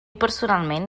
personalment